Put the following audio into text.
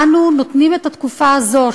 אנו נותנים את התקופה הזאת,